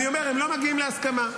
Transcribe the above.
אני אומר, הם לא מגיעים להסכמה.